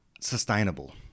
sustainable